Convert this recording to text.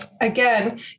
Again